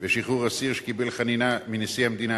בשחרור אסיר שקיבל חנינה מנשיא המדינה.